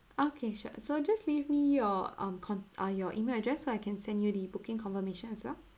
okay sure so just leave me your um con~ ah your email address so I can send you the booking confirmation as well